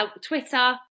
Twitter